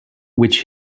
which